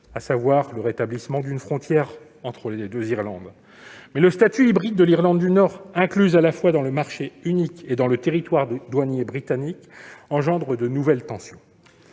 à savoir le rétablissement d'une frontière entre les deux Irlande. Reste que le statut hybride de l'Irlande du Nord, incluse à la fois dans le marché unique et dans le territoire douanier britannique, crée de nouvelles tensions.